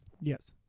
Yes